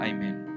Amen